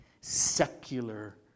secular